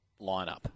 lineup